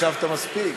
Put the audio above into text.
השבת מספיק,